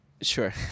Sure